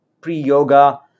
pre-yoga